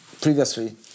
previously